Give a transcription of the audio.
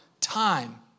time